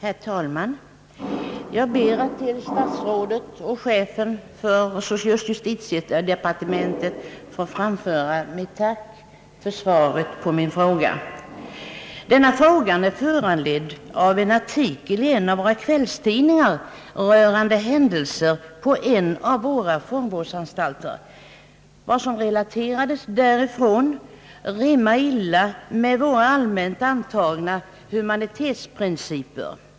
Herr talman! Jag ber att till statsrådet och chefen för justitiedepartementet få framföra mitt tack för svaret på min fråga. Denna fråga är föranledd av en artikel i en kvällstidning rörande händelser på en av våra fångvårdsanstalter. Vad som relaterades därifrån rimmar illa med våra allmänt antagna humanitetsprinciper.